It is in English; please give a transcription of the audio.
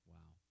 Wow